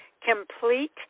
complete